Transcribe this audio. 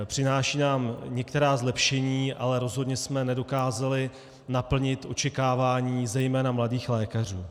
Přináší nám některá zlepšení, ale rozhodně jsme nedokázali naplnit očekávání zejména mladých lékařů.